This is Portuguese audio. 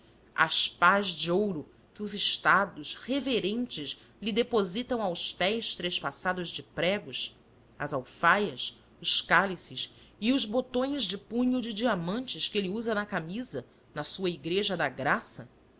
as pás de ouro que os estados reverentes lhe depositam aos pés trespassados de pregos as alfaias os cálices e os botões de punho de diamantes que ele usa na camisa na sua igreja da graça